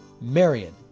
Marion